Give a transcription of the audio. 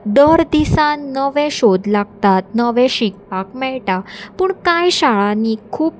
दर दिसान नवें शोध लागतात नवें शिकपाक मेळटा पूण कांय शाळांनी खूब